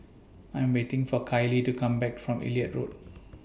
I Am waiting For Kailey to Come Back from Elliot Road